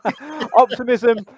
Optimism